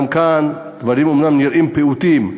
גם כאן דברים אומנם נראים פעוטים,